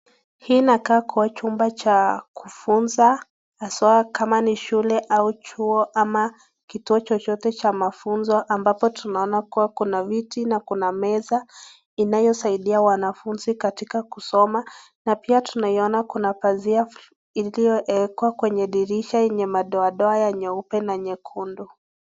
Hii inakaa kuwa chumba cha kifunza haswa kama ni shule ama chuo ama kutuo chochote cha mafunzo ambapo tunaona kuwa kuna viti na kuna meza inayotumika katika kusoma na pia tunaona kuna pazia iliyowekwa kwenye dirisha yenye madoadoa ya nyeupe na nyekundu.